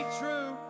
true